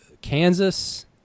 Kansas